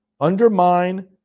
undermine